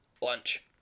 lunch